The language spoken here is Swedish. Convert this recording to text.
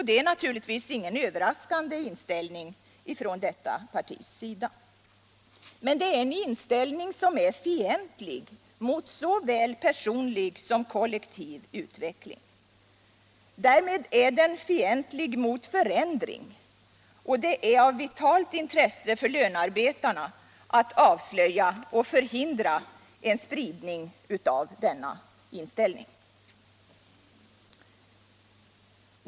Det är naturligtvis ingen överraskande inställning hos detta parti, men det är en inställning som är fientlig mot såväl personlig som kollektiv utveckling. Därmed är den fientlig mot förändring, och det är av vitalt intresse för lönearbetarna att avslöja och förhindra en spridning av denna inställning.